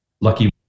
lucky